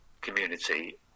community